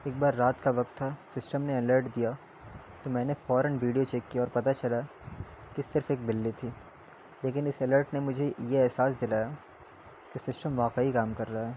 ایک بار رات کا وقت تھا سسٹم نے الرٹ دیا تو میں نے فوراً ویڈیو چیک کیا اور پتہ چلا کہ صرف ایک بل لی تھی لیکن اس الرٹ نے مجھے یہ احساس دلاایا کہ سسٹم واقعی کام کر رہا ہے